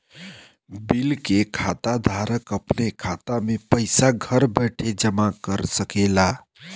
bill के खाता धारक अपने खाता मे पइसा घर बइठे जमा करा सकेला